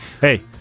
Hey